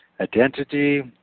identity